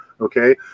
okay